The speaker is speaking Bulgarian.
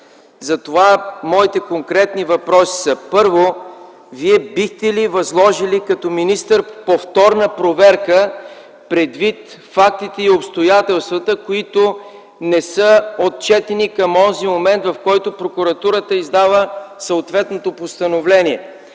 Затова моите конкретни въпроси са: Първо, Вие бихте ли възложили като министър повторна проверка, предвид фактите и обстоятелствата, които не са отчетени към онзи момент, в който прокуратурата издава съответното постановление?